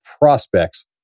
prospects